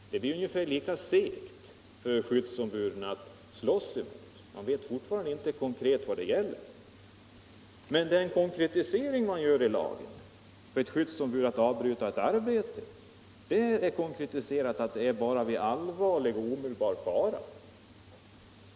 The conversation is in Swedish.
Det blir ungefär lika segt för skyddsombuden att slåss emot detta. De vet fortfarande inte konkret vad det gäller. Den konkretisering som gjorts i lagen innebär att ett skyddsombud har rätt att avbryta ett arbete bara vid allvarlig och omedelbar fara.